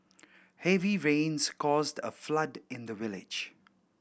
heavy rains caused a flood in the village